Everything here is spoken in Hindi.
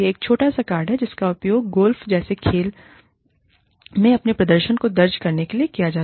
यह एक छोटा कार्ड है जिसका उपयोग गोल्फ जैसे खेल में अपने प्रदर्शन को दर्ज करने के लिए किया जाता है